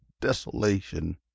desolation